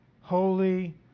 holy